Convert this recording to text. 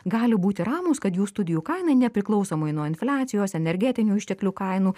gali būti ramūs kad jų studijų kaina nepriklausomai nuo infliacijos energetinių išteklių kainų